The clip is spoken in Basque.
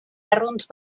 arrunt